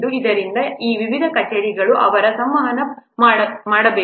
ಆದ್ದರಿಂದ ಈ ವಿವಿಧ ಕಚೇರಿಗಳು ಅವರು ಸಂವಹನ ಮಾಡಬೇಕು